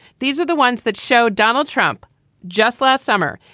these are the ones that show donald trump just last summer,